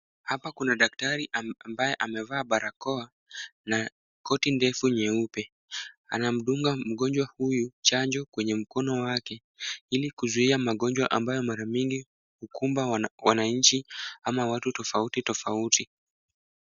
Hapa kuna daktari ambaye amevaa barakoa na koti ndefu nyeupe. Anamdunga mgonjwa huyu chanjo kwenye mkono wake ili kuzuia magonjwa ambayo mara mingi hukumba wananchi ama watu tofauti tofauti.